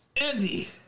Andy